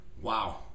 Wow